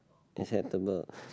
acceptable